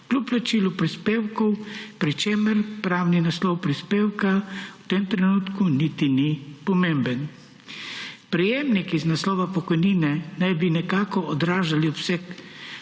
kljub plačilu prispevkov, pri čemer pravni naslov prispevka v tem trenutku niti ni pomemben. Prejemniki iz naslova pokojnine naj bi nekako odražali obseg